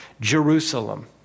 Jerusalem